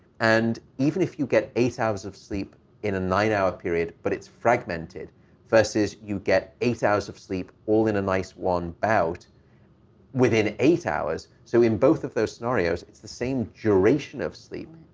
and even if you get eight hours of sleep in a nine-hour period but it's fragmented versus you get eight hours of sleep all in a nice one bout within eight hours, so in both of those scenarios, it's the same duration of sleep,